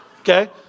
Okay